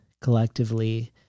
collectively